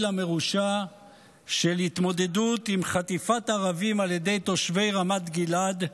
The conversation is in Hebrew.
המרושע של התמודדות עם חטיפת ערבים על ידי תושבי רמת גלעד,